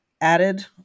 added